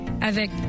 Avec «